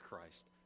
Christ